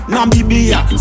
Namibia